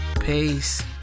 Peace